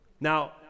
Now